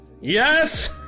Yes